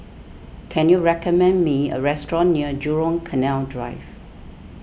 can you recommend me a restaurant near Jurong Canal Drive